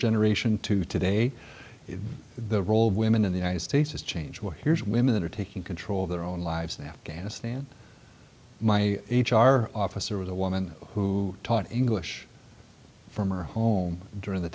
generation to today if the role of women in the united states has changed or here's women that are taking control of their own lives in afghanistan my h r officer was a woman who taught english from her home during the